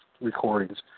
recordings